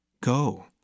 Go